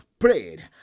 Prayed